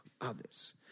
others